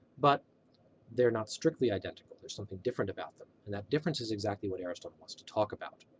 but they're not strictly identical. there's something different about them, and that difference is exactly what aristotle wants to talk about.